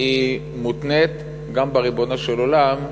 מותנית גם בריבונו של עולם,